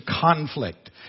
conflict